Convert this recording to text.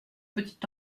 petit